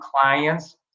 clients